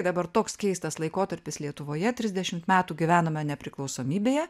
dabar toks keistas laikotarpis lietuvoje trisdešimt metų gyvename nepriklausomybėje